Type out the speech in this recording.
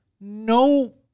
no